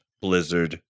Blizzard